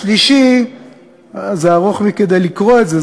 השלישי ארוך מכדי לקרוא אותו,